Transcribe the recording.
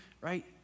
right